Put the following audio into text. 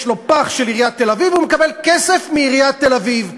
יש לו פח של עיריית תל-אביב,